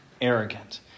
arrogant